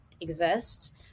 exist